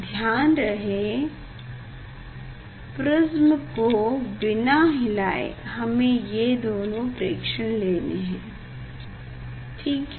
ध्यान रहे प्रिस्म को बिना हिलाए हमें ये दोनों प्रेक्षण लेने हैं ठीक है